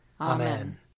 Amen